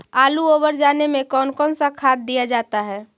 आलू ओवर जाने में कौन कौन सा खाद दिया जाता है?